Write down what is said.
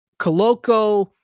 Coloco